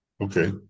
Okay